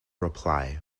reply